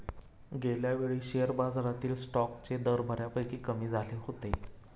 गेल्यावेळी शेअर बाजारातील स्टॉक्सचे दर बऱ्यापैकी कमी झाले होते